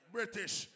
British